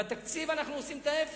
בתקציב אנחנו עושים את ההיפך,